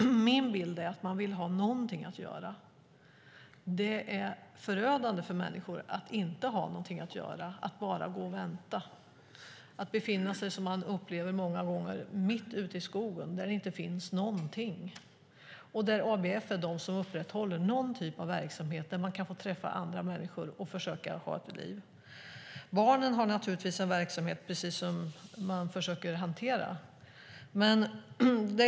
Min bild är att de vill ha någonting att göra. Det är förödande för människor att inte ha någonting att göra och bara gå och vänta. De upplever många gånger att de befinner sig mitt ute i skogen där det inte finns någonting. ABF är de som upprätthåller någon typ av verksamhet där de kan få träffa andra människor och försöka ha ett liv. Barnen har naturligtvis en verksamhet som man försöker hantera.